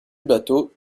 bâteau